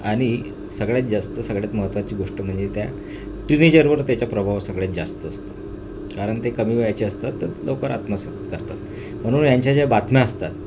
आणि सगळ्यात जास्त सगळ्यात महत्त्वाची गोष्ट म्हणजे त्या टिनेजरवर त्याचा प्रभाव सगळ्यात जास्त असतो कारण ते कमी वयाचे असतात तर लवकर आत्मसात करतात म्हणून यांच्या ज्या बातम्या असतात